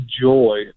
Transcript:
joy